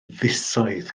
fisoedd